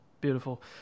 beautiful